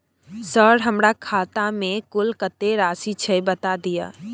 Sir हमरा खाता में कुल कत्ते राशि छै बता दिय?